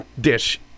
dish